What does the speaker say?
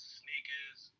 sneakers